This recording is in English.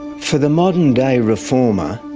for the modern-day reformer,